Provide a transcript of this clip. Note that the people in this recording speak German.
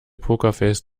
pokerface